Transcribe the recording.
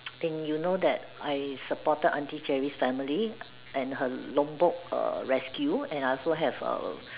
and you know that I supported auntie Jerry's family and her Lombok err rescue and I also have a